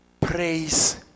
praise